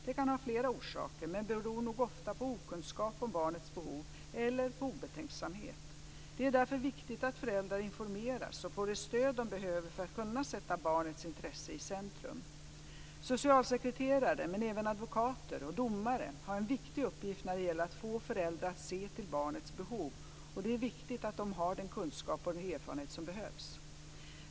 Det kan ha flera orsaker men beror nog ofta på okunskap om barnets behov eller på obetänksamhet. Det är därför viktigt att föräldrar informeras och får det stöd de behöver för att kunna sätta barnets intressen i centrum. Socialsekreterare - men även advokater och domare - har en viktig uppgift när det gäller att få föräldrar att se till barnets behov, och det är viktigt att de har den kunskap och erfarenhet som behövs.